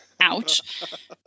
Ouch